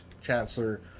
Chancellor